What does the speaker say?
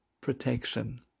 protection